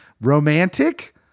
romantic